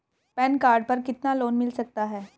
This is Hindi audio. पैन कार्ड पर कितना लोन मिल सकता है?